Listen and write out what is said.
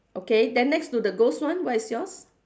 okay then next to the ghost one what is yours